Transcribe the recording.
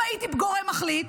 אם הייתי גורם מחליט,